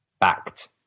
backed